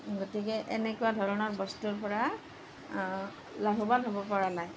গতিকে এনেকুৱা ধৰণৰ বস্তুৰ পৰা লাভৱান হ'ব পৰা নাই